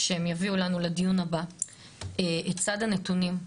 שהם יביאו לנו לדיון הבא את סד הנתונים.